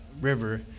river